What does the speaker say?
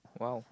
!wow!